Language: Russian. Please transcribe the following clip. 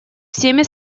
всеми